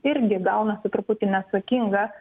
irgi gaunasi truputį neatsakinga